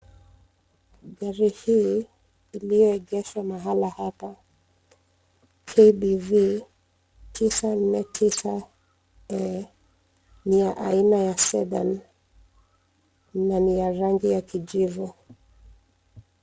Gari hili, iliyoegeshwa mahala hapa, KBV 949 A, ni aina ya Sidan na ni ya rangi ya kijivu.